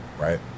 right